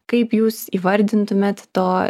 kaip jūs įvardintumėt to